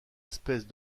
espèces